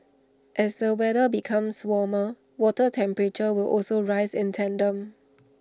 as the weather becomes warmer water temperatures will also rise in tandem